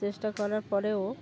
চেষ্টা করার পরেও